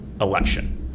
election